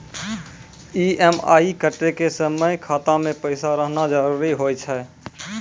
EMI कटै के समय खाता मे पैसा रहना जरुरी होय छै